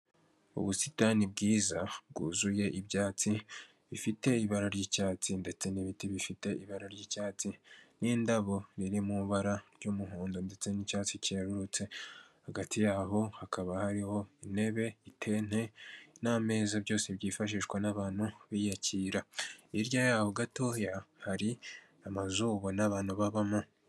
Ubusitani bwiza bwuzuye ibyatsi bifite ibara ry'icyatsi ndetse n' ibiti bifite ibara ry'icyatsi n'indabo biri mu ibara ry'umuhondo ndetse n'icyatsi kirurutse. Hagati yabo hakaba hariho intebe, itente n'ameza byose byifashishwa n'abantu biyakira. Hirya yaho gatoya, hari amazu ubona abantu babamo.